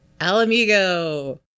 Alamigo